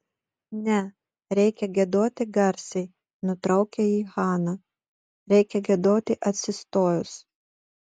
ne reikia giedoti garsiai nutraukė jį hana reikia giedoti atsistojus